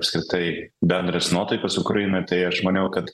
apskritai bendros nuotaikos ukrainoj tai aš maniau kad